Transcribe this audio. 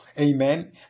Amen